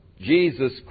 Jesus